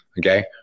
Okay